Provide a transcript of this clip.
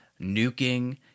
Nuking